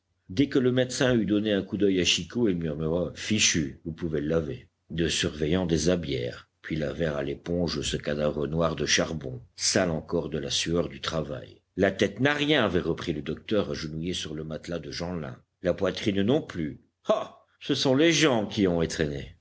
dès que le médecin eut donné un coup d'oeil à chicot il murmura fichu vous pouvez le laver deux surveillants déshabillèrent puis lavèrent à l'éponge ce cadavre noir de charbon sale encore de la sueur du travail la tête n'a rien avait repris le docteur agenouillé sur le matelas de jeanlin la poitrine non plus ah ce sont les jambes qui ont